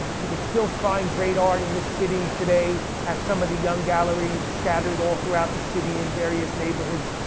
you could still find great art in this city today, at some of the young galleries scattered all throughout the city in various neighborhoods.